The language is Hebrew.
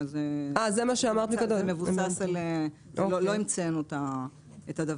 לא המצאנו את זה.